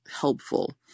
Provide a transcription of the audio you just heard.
helpful